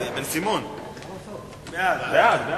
בעד.